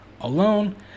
alone